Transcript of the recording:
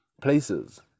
places